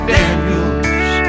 Daniels